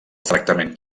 tractament